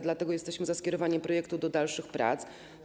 Dlatego jesteśmy za skierowaniem projektu do dalszych prac.